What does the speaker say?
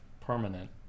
permanent